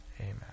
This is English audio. Amen